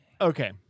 okay